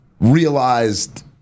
realized